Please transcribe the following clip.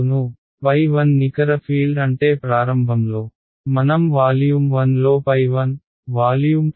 అవును 1 నికర ఫీల్డ్ అంటే ప్రారంభంలో మనం వాల్యూమ్ 1 లో 1వాల్యూమ్ 2 2 ఊహించుకుంటాం